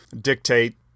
dictate